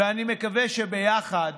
ואני מקווה שביחד